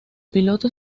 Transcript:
piloto